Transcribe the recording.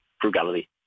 frugality